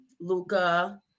Luca